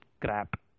crap